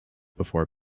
before